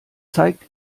zeigt